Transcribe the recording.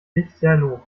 lichterloh